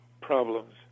problems